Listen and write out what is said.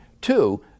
Two